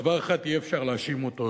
בדבר אחד אי-אפשר להאשים אותו,